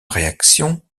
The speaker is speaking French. réaction